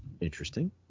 interesting